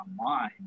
online